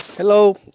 Hello